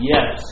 Yes